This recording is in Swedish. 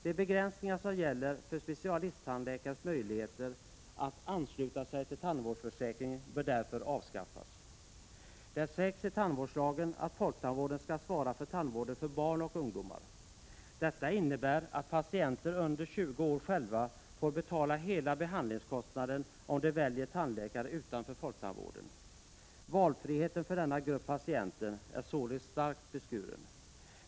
De begränsningar som gäller för specialisttandläkares möjligheter att ansluta sig till tandvårdsförsäkringen bör därför avskaffas. Det sägs i tandvårdslagen att folktandvården skall svara för tandvården för barn och ungdomar. Detta innebär att patienter under 20 år själva får betala hela behandlingskostnaden om de väljer tandläkare utanför folktandvården. Valfriheten för denna grupp patienter är således starkt beskuren.